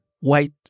White